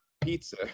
pizza